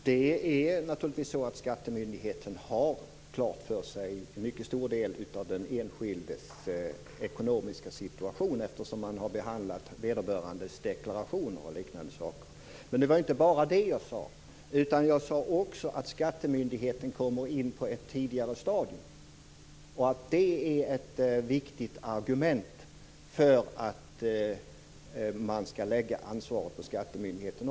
Herr talman! Skattemyndigheten har naturligtvis uppgifter om en mycket stor del av den enskildes ekonomiska situation, eftersom man där har behandlat vederbörandes deklarationer o.d. Men jag sade inte bara det utan också att skattemyndigheten kommer in på ett tidigare stadium och att det är ett viktigt argument för att lägga ansvaret på skattemyndigheten.